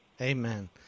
Amen